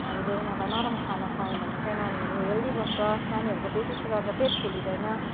हामीले यिनीहरूलाई नरम खाना खुवायौँ भने चाहिँ नानीहरू हेल्दी बस्छ नानीहरूको विशेष गरेर पेट फुलिँदैन